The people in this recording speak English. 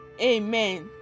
Amen